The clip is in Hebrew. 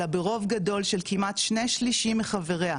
אלא ברוב גדול של כמעט שני שלישים מחבריה,